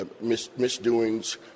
misdoings